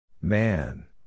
Man